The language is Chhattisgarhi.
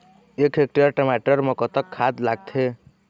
एक हेक्टेयर टमाटर म कतक खाद लागथे?